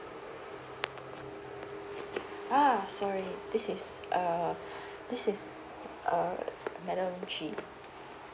uh sorry this is uh this is uh madam chee